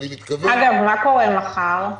אגב, מה קורה מחר?